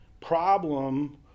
problem